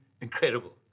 incredible